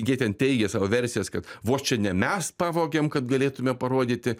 jie ten teigė savo versijas kad vos čia ne mes pavogėm kad galėtume parodyti